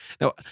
Now